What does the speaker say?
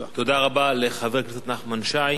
תודה רבה לחבר הכנסת נחמן שי.